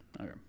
Okay